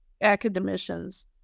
academicians